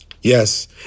Yes